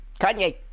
Kanye